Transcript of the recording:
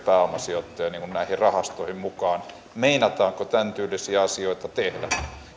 pääomasijoittajia näihin näihin rahastoihin mukaan meinataanko tämäntyylisiä asioita tehdä